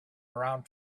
around